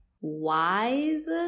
wise